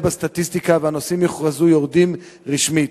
בסטטיסטיקה והנוסעים יוכרזו יורדים רשמית,